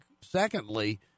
secondly